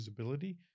usability